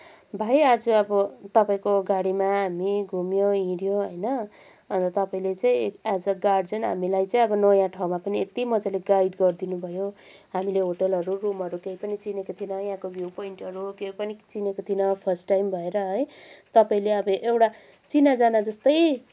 भाइ आज अब तपाईँको गाडीमा हामी घुम्यौँ हिड्यौँ होइन अन्त तपाईँले चाहिँ एज अ गार्जियन हामीलाई चाहिँ नयाँ ठाउँमा पनि यति मजाले गाइड गरिदिनुभयो हामीले होटलहरू रूमहरू केही पनि चिनेका थिएनौँ यहाँको भ्यू पोइन्टहरू केही पनि चिनेका थिएनौँ फर्स्ट टाइम भएर है तपाईँले अब एउटा चिनाजाना जस्तै